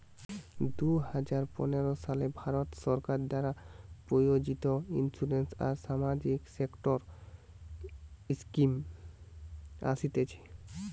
দুই হাজার পনের সালে ভারত সরকার দ্বারা প্রযোজিত ইন্সুরেন্স আর সামাজিক সেক্টর স্কিম আসতিছে